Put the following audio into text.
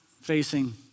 facing